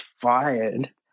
fired